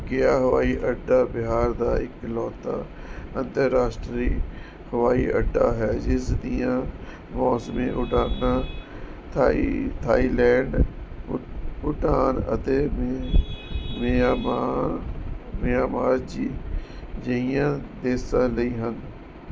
ਗਯਾ ਹਵਾਈ ਅੱਡਾ ਬਿਹਾਰ ਦਾ ਇਕਲੌਤਾ ਅੰਤਰਰਾਸ਼ਟਰੀ ਹਵਾਈ ਅੱਡਾ ਹੈ ਜਿਸ ਦੀਆਂ ਮੌਸਮੀ ਉਡਾਣਾਂ ਥਾਈ ਥਾਈਲੈਂਡ ਭੂ ਭੂਟਾਨ ਅਤੇ ਮਿ ਮਿਆਂਮਾਰ ਮਿਆਂਮਾਰ ਜਿ ਜਿਹੀਆਂ ਦੇਸ਼ਾਂ ਲਈ ਹਨ